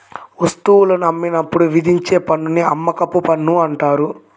వస్తువులను అమ్మినప్పుడు విధించే పన్నుని అమ్మకపు పన్ను అంటారు